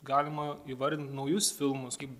galima įvardint naujus filmus kaip